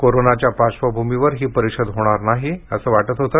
कोरोनाच्या पार्श्वभूमीवर ही परिषद होणार नाही असे वाटत होते